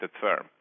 firm